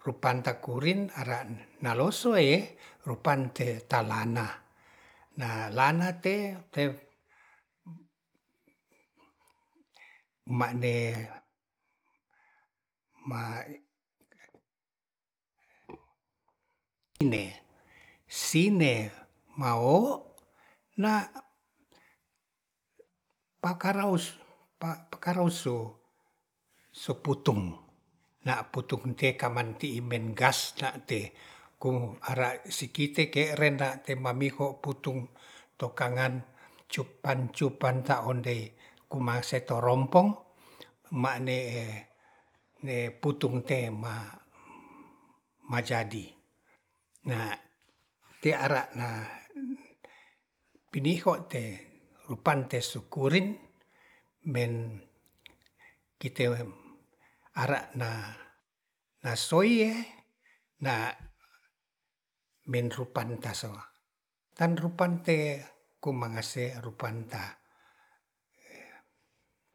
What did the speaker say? Rupanta kurin ara naloso e rupante talana na lana te te ma'ne ma sine mawowo na pakarau-pakarausu so putung na putung pekaman ti'i men gas na te ko ara sikite ke'ren na te mamiho putung to kangan cupan-cupan ta ondei kumase torompong mane putung te ma majadi na te ara na piniho te rupante sukurin ben kite ara na na soye na ben rupan taso tan rupante kumangase rupanta